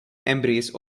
embrace